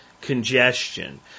congestion